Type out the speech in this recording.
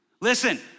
Listen